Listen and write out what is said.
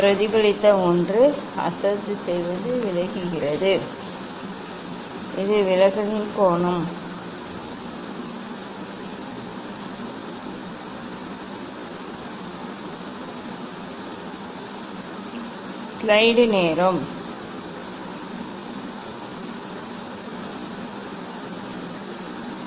பிரதிபலித்த ஒன்று அசல் திசையிலிருந்து விலகியுள்ளது இது விலகலின் கோணம் மற்றும் இது நிகழ்வின் கோணம் இது பிரதிபலிப்பின் கோணம்